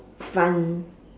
fun